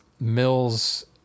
mills